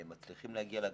הם מצליחים להגיע לגבאים.